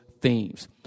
themes